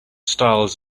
styles